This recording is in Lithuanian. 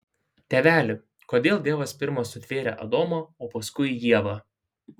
tėveli kodėl dievas pirma sutvėrė adomą o paskui ievą